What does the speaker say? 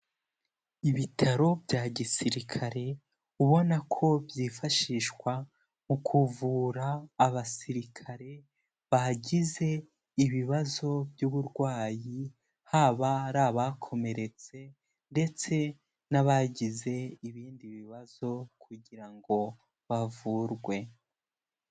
Ibitaro bya gisirikare ubona ko byifashishwa mu kuvura abasirikare bagize ibibazo by'uburwayi, haba ari abakomeretse ndetse n'abagize ibindi bibazo kugira ngo bavurwe.